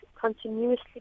continuously